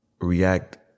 react